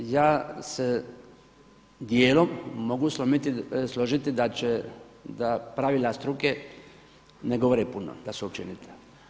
Ja se dijelom mogu složiti da će, da pravila struke ne govore puno, da su općenita.